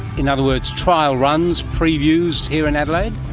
in other words, trial runs, previews here in adelaide?